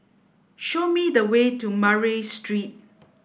show me the way to Murray Street